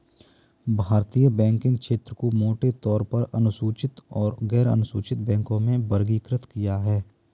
भारतीय बैंकिंग क्षेत्र को मोटे तौर पर अनुसूचित और गैरअनुसूचित बैंकों में वर्गीकृत किया है